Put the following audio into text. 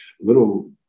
little